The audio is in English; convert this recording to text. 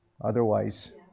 Otherwise